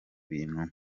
bintu